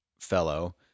fellow